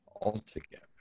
altogether